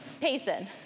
Payson